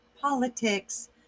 politics